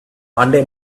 monday